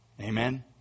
Amen